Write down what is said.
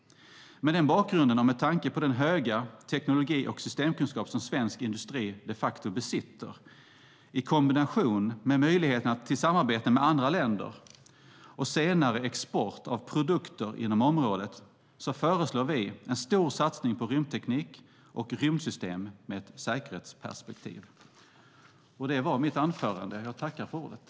Mot den bakgrunden och med tanke på den höga teknologi och systemkunskap som svensk industri besitter, i kombination med möjligheten till samarbete med andra länder och senare export av produkter inom området, föreslår vi en stor satsning på rymdteknik och rymdsystem med ett säkerhetsperspektiv.